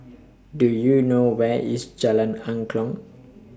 Do YOU know Where IS Jalan Angklong